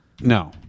No